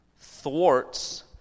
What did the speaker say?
thwarts